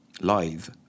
live